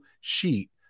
sheet